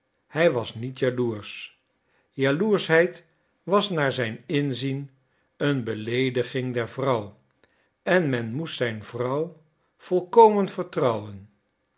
hij was niet jaloersch jaloerschheid was naar zijn inzien een beleediging der vrouw en men moest zijn vrouw volkomen vertrouwen